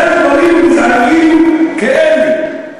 לכן, דברים גזעניים כאלה,